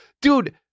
dude